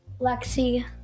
Lexi